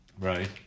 right